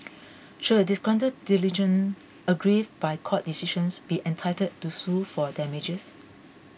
should a disgruntled litigant aggrieved by court decisions be entitled to sue for damages